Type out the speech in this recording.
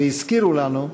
והזכירו לנו,